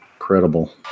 Incredible